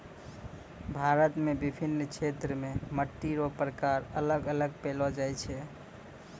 भारत मे विभिन्न क्षेत्र मे मट्टी रो प्रकार अलग अलग पैलो जाय छै